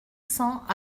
cents